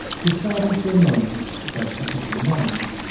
discarding for a moment their technical names,